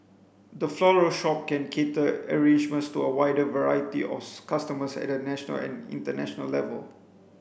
the floral shop can cater arrangements to a wider variety of customers at a national and international level